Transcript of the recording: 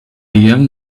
young